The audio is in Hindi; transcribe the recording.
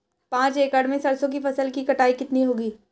पांच एकड़ में सरसों की फसल की कटाई कितनी होगी?